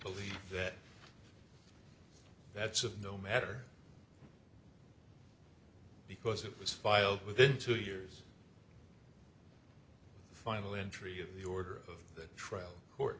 believe that that's of no matter because it was filed within two years the final entry of the order of the trial